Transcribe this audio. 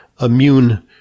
immune